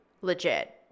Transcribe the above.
legit